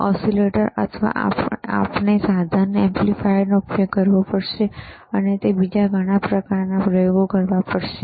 ઓસિલેટરઅથવા આપણે સાધન એમ્પ્લીફાયરનો ઉપયોગ કરવો પડશે અને બીજા ઘણા પ્રયોગો કરવા પડશે